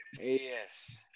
Yes